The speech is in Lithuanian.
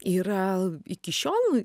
yra iki šiol